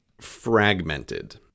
fragmented